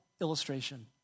illustration